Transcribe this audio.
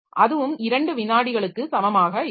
அதுவும் 2 விநாடிகளுக்கு சமமாக இருக்கும்